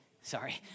sorry